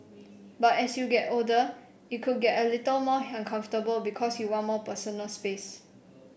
but as you get older it could get a little more uncomfortable because you'd want more personal space